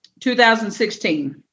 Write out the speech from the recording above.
2016